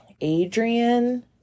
Adrian